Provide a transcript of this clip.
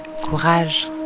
Courage